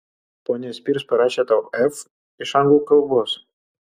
ponia spears parašė tau f iš anglų kalbos